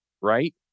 right